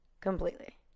Completely